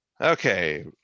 okay